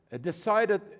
decided